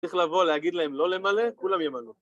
צריך לבוא להגיד להם לא למלא, כולם ימלאו.